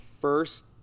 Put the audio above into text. first